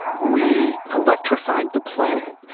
we electrified the planet.